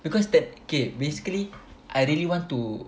because that K basically I really want to